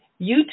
YouTube